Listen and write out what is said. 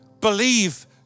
believe